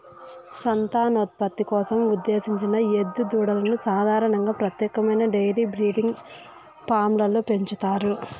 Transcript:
సంతానోత్పత్తి కోసం ఉద్దేశించిన ఎద్దు దూడలను సాధారణంగా ప్రత్యేకమైన డెయిరీ బ్రీడింగ్ ఫామ్లలో పెంచుతారు